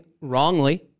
wrongly